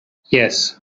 yes